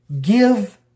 Give